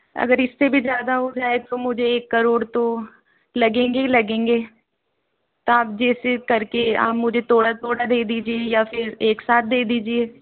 अगर इससे भी ज़्यादा हो जाए तो मुझे एक करोड़ तो लगेंगे ही लगेंगे तो आप जैसे करके या मुझे थोड़ा थोड़ा दे दीजिए या फिर एक साथ दे दीजिए